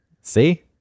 see